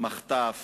מחטף.